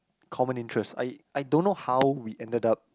common interest I I don't know how we ended up